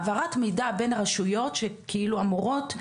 העברת מידע בין הרשויות שכאילו אמורות,